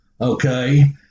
Okay